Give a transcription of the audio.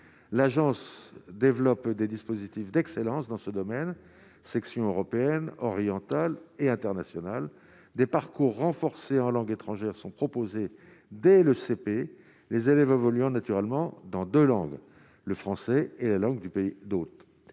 l'agence développe des dispositifs d'excellence dans ce domaine, section européenne orientale et international des parcours renforcée en langues étrangères sont proposés dès le CP les élèves évoluant naturellement dans 2 langues, le français est la langue du pays, d'autres